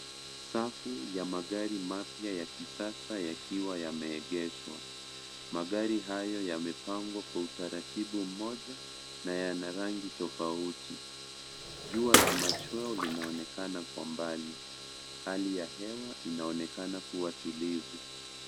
Safu ya magati mapya ya kisasa yakiwa yameegeshwa, magari hayo yamepangwa kwa utaratibu mmoja, na yana rangi tofauti, jua la machweo linaonekana kwa mbali, hali ya hewa, inaonekana kuwa tulivu.